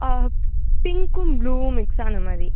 ஆ பிங்க்கும் ப்ளூவும் மிக்ஸ் ஆன மாதிரி